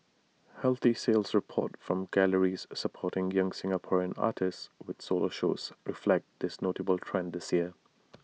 healthy sales reports from galleries supporting young Singaporean artists with solo shows reflect this notable trend this year